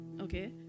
okay